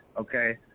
okay